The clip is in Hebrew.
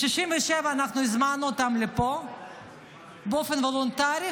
ב-67' אנחנו הזמנו אותם לפה באופן וולונטרי,